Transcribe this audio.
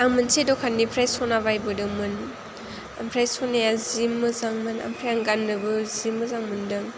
आं मोनसे दखाननिफ्राय सना बायबोदोंमोन ओमफ्राय सनाया जि मोजांमोन ओमफ्राय आं गाननोबो जि मोजां मोनदों